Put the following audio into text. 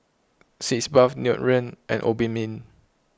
Sitz Bath Nutren and Obimin